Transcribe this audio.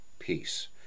peace